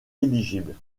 éligibles